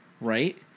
Right